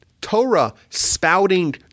Torah-spouting